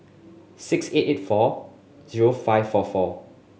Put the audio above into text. six eight eight four zero five four four